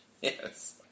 Yes